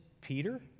Peter